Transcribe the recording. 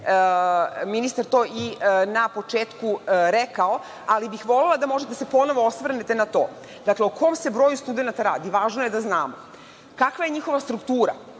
ministar to na početku rekao, ali bih volela da možete ponovo da se osvrnete na to. Dakle, o kom se broju studenata radi? Važno je da znamo. Kakva je njihova struktura?